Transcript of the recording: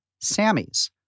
Sammy's